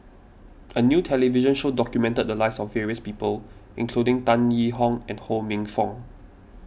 a new television show documented the lives of various people including Tan Yee Hong and Ho Minfong